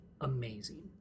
amazing